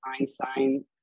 Einstein